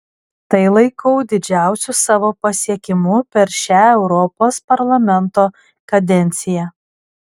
tai laikau didžiausiu savo pasiekimu per šią europos parlamento kadenciją